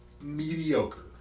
mediocre